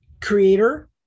creator